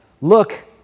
look